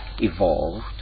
evolved